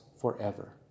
forever